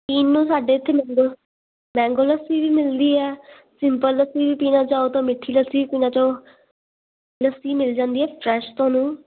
ਸਾਡੇ ਇਥੇ ਮੈਂਗੋ ਲੱਸੀ ਵੀ ਮਿਲਦੀ ਆ ਸਿੰਪਲ ਲੱਸੀ ਵੀ ਪੀਣਾ ਚਾਹੋ ਤਾਂ ਮਿੱਠੀ ਲੱਸੀ ਵੀ ਪੀਣਾ ਚਾਹੋ ਲੱਸੀ ਮਿਲ ਜਾਂਦੀ ਹ ਫਰੈਸ਼ ਤੁਹਾਨੂੰ